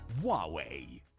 huawei